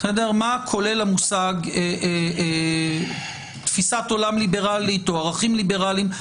מה כולל המושג תפיסת עולם ליברלית או ערכים ליברליים.